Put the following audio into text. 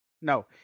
No